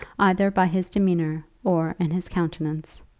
either by his demeanour or in his countenance.